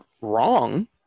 wrong